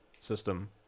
system